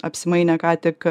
apsimainė ką tik